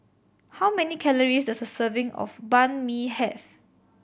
how many calories does a serving of Banh Mi have